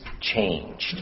changed